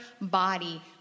body